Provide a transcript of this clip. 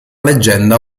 legenda